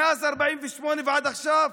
מאז 48' עד עכשיו,